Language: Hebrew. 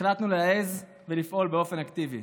החלטנו להעז ולפעול באופן אקטיבי.